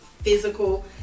physical